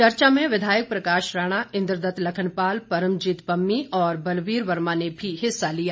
चर्चा में विधायक प्रकाश राणा इंद्रदत्त लखनपाल परमजीत पम्मी और बलवीर वर्मा ने भी हिस्सा लिया